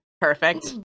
Perfect